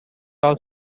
also